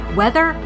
weather